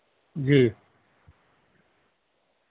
جی